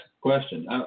question